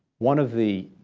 one of the